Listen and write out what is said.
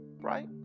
right